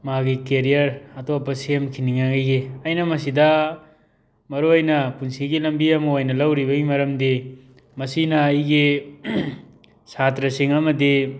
ꯃꯥꯒꯤ ꯀꯦꯔꯤꯌꯔ ꯑꯇꯣꯞꯄ ꯁꯦꯝꯈꯤꯅꯤꯉꯥꯏꯒꯤ ꯑꯩꯅ ꯃꯁꯤꯗ ꯃꯔꯨꯑꯣꯏꯅ ꯄꯨꯟꯁꯤꯒꯤ ꯂꯝꯕꯤ ꯑꯃ ꯑꯣꯏꯅ ꯂꯧꯔꯤꯕꯒꯤ ꯃꯔꯝꯗꯤ ꯃꯁꯤꯅ ꯑꯩꯒꯤ ꯁꯥꯇ꯭ꯔꯁꯤꯡ ꯑꯃꯗꯤ